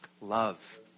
Love